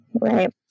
Right